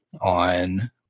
on